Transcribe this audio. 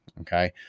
Okay